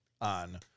on